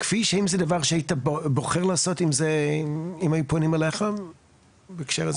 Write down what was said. והאם זה דבר שהיית בוחר לעשות את זה אם היו פונים אליך בהקשר הזה?